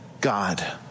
God